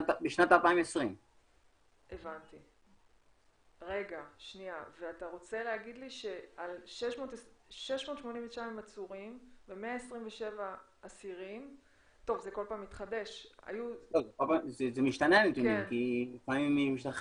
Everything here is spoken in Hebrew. בשנת 2020. זה נשמע